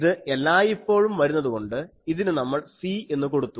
ഇത് എല്ലായ്പ്പോഴും വരുന്നതുകൊണ്ട് ഇതിന് നമ്മൾ C എന്ന് കൊടുത്തു